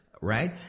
right